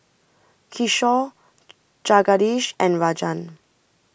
Kishore Jagadish and Rajan